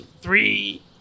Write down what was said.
three